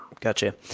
Gotcha